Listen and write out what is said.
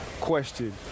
question